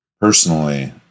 personally